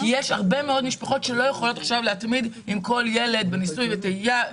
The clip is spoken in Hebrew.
יש הרבה מאוד משפחות שלא יכולות להתמיד עם כל ילד בניסוי וטעייה.